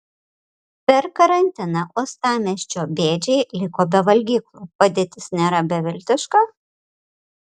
per karantiną uostamiesčio bėdžiai liko be valgyklų padėtis nėra beviltiška